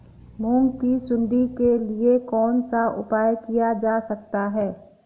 मूंग की सुंडी के लिए कौन सा उपाय किया जा सकता है?